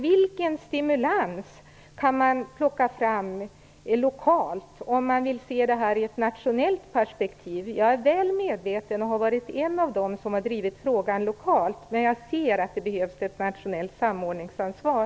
Vilken stimulans kan man plocka fram lokalt, om man vill se detta i ett nationellt perspektiv? Jag har varit en av dem som har drivit frågan lokalt, men jag ser att det behövs ett nationellt samordningsansvar.